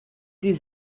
sie